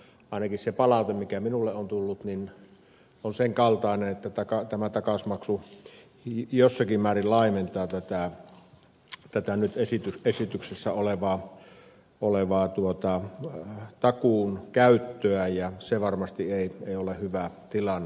ainakin se palaute mikä minulle on tullut on sen kaltainen että takausmaksu jossakin määrin laimentaa tätä nyt esityksessä olevaa takuun käyttöä ja se varmasti ei ole hyvä tilanne